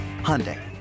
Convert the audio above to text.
Hyundai